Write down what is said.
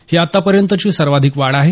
ही आतापर्यंतची सर्वाधिक वाढ आहे